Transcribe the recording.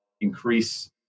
increase